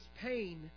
pain